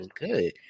good